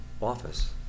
office